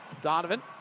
Donovan